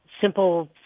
simple